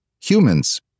humans